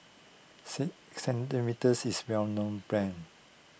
C Cetrimide is a well known brand